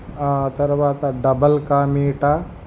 తర్వాత డబల్ కా మీటా